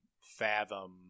fathom